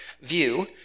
view